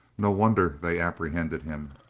no wonder they apprehended him!